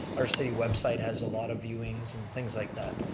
our city website has a lot of viewings and things like that.